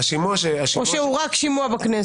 או שהוא רק שימוע בכנסת?